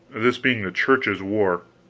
this being the church's war.